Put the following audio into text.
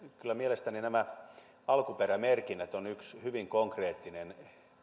kyllä mielestäni nämä alkuperämerkinnät on yksi hyvin konkreettinen